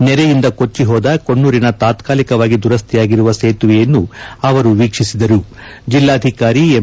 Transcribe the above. ನೆರೆಯಿಂದ ಕೊಚ್ಚಿ ಹೋದ ಕೊಣ್ಣೂರಿನ ತಾತ್ಕಾಲಿಕವಾಗಿ ದುರಸ್ತಿಯಾಗಿರುವ ಸೇತುವೆಯನ್ನು ವೀಕ್ಷಿಸಿದರುಗದಗ ಜಿಲ್ಲಾಧಿಕಾರಿ ಎಂ